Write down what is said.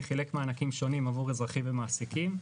חילק מענקים שונים עבור אזרחים ומעסיקים,